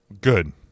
Good